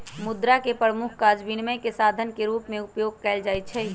मुद्रा के प्रमुख काज विनिमय के साधन के रूप में उपयोग कयल जाइ छै